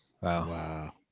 Wow